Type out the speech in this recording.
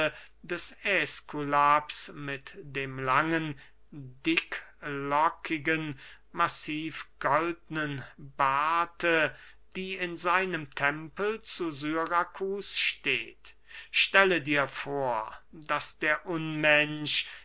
des äskulaps mit dem langen dicklockichten massivgoldenen barte die in seinem tempel zu syrakus steht stelle dir vor daß der unmensch